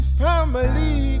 family